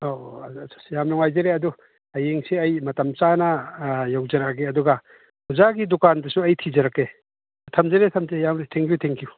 ꯑꯧ ꯑꯗꯣ ꯑꯁ ꯌꯥꯝ ꯅꯨꯡꯉꯥꯏꯖꯔꯦ ꯑꯗꯨ ꯍꯌꯦꯡꯁꯤ ꯑꯩ ꯃꯇꯝ ꯆꯥꯅ ꯌꯧꯖꯔꯛꯑꯒꯦ ꯑꯗꯨꯒ ꯑꯣꯖꯥꯒꯤ ꯗꯨꯀꯥꯟꯗꯨꯁꯨ ꯑꯩ ꯊꯤꯖꯔꯛꯀꯦ ꯊꯝꯖꯔꯦ ꯊꯝꯖꯔꯦ ꯌꯥꯝꯅ ꯊꯦꯡ ꯌꯨ ꯊꯦꯡ ꯌꯨ